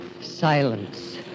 Silence